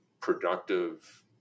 productive